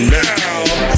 now